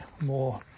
more